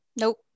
nope